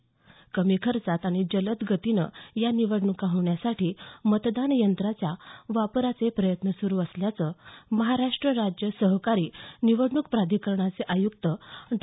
कमीत कमी खर्चात आणि जलद गतीनं या निवडण्का होण्यासाठी मतदान यंत्रांच्या वापराचे प्रयत्न सुरू असल्याचं महाराष्ट्र राज्य सहकारी निवडणूक प्राधिकरणाचे आयुक्त डॉ